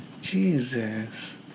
Jesus